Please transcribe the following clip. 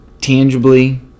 tangibly